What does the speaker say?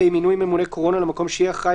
(ה)מינוי ממונה קורונה למקום שיהיה אחראי